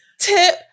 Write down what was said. tip